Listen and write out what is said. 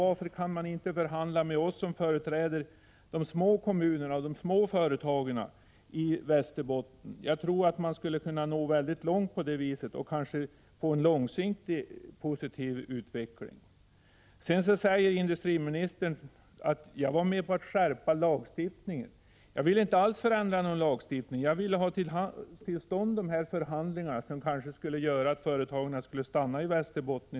Varför kan man inte förhandla med oss som företräder de små kommunerna och de små företagen i Västerbotten? Jag tror att man på det viset skulle kunna nå väldigt långt och kanske få en långsiktig positiv utveckling. Industriministern sade att jag skulle vara med på att skärpa lagstiftningen. Jag vill inte alls förändra någon lagstiftning. Jag vill ha till stånd de föreslagna förhandlingarna, som kanske skulle göra att företagen i större utsträckning skulle stanna i Västerbotten.